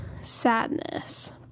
sadness